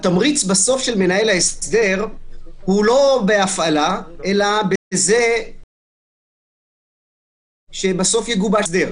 התמריץ של מנהל ההסדר הוא לא בהפעלה אלא בזה שבסוף יגובש הסדר.